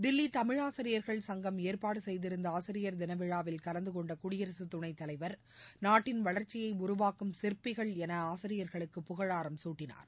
தில்லி தமிழாசிரியர்கள் சங்கம் ஏற்பாடு செய்திருந்த ஆசிரியர் தினவிழாவில் கலந்துகொண்ட குடியரசுத் துணை தலைவர் நாட்டின் வளர்ச்சியை உருவாக்கும் சிற்பிகள் என ஆசிரியர்களுக்கு புகழாரம் சூட்டினார்